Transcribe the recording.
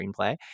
screenplay